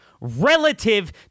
relative